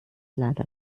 leider